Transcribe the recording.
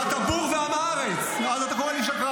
אתה בור ועם הארץ, ואז אתה קורא לי שקרן.